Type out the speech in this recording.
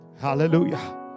Hallelujah